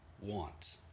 want